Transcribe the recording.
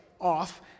off